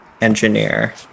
engineer